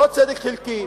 לא צדק חלקי,